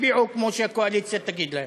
יצביעו כמו שהקואליציה תגיד להם,